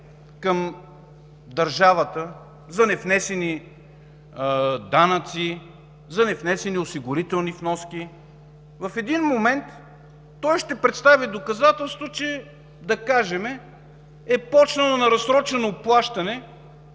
към държавата за невнесени данъци, за невнесени осигурителни вноски, в един момент ще представи доказателство, да кажем, че е започнал на разсрочено плащане